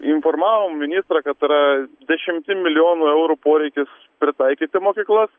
informavom ministrą kad yra dešimtim milijonų eurų poreikis pritaikyti mokyklas